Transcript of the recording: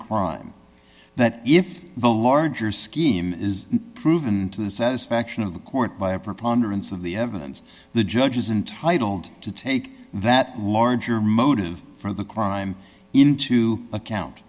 crime that if the larger scheme is proven to the satisfaction of the court by a preponderance of the evidence the judge is intitled to take that larger motive for the crime into account